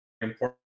Important